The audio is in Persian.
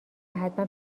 حتما